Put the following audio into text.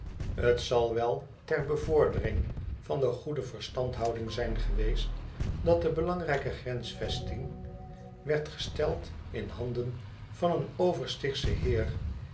t zal wel ter bevordering van de goede verstandhouding zijn geweest dat de belangrijke grensvesting werd gesteld in handen van een overstichtschen heer